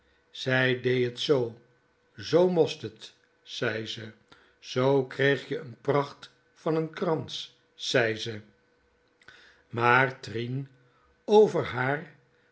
zij dee t z zoo most t zei ze zoo kreeg je n pracht van n krans zei ze maar trien over haar